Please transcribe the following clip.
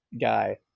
guy